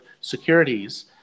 securities